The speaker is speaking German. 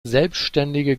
selbständige